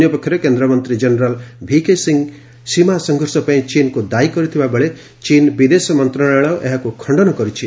ଅନ୍ୟପକ୍ଷରେ କେନ୍ଦ୍ରମନ୍ତ୍ରୀ general VK Singh ସୀମା ସଂଘର୍ଷ ପାଇଁ ଚୀନ୍କୁ ଦାୟୀ କରିଥିବା ବେଳେ ଚୀନ୍ ବିଦେଶ ମନ୍ତ୍ରଣାଳୟ ଏହାକୁ ଖଣ୍ଡନ କରିଛି